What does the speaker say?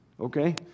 Okay